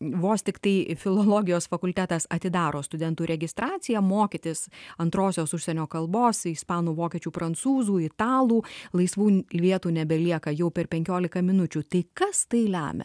vos tiktai filologijos fakultetas atidaro studentų registraciją mokytis antrosios užsienio kalbos ispanų vokiečių prancūzų italų laisvų vietų nebelieka jau per penkiolika minučių tai kas tai lemia